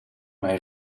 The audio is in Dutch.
mij